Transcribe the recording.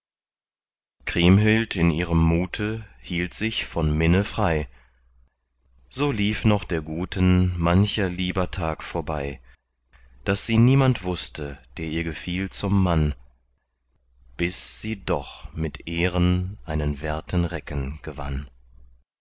kriemhild in ihrem mute hielt sich von minne frei so lief noch der guten manch lieber tag vorbei daß sie niemand wußte der ihr gefiel zum mann bis sie doch mit ehren einen werten recken gewann